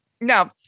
no